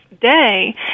day